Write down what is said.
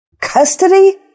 custody